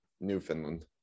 Newfoundland